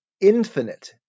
Infinite